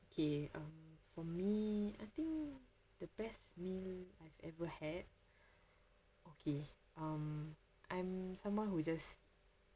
okay um for me I think the best meal I've ever had okay um I'm someone who just